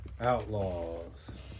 Outlaws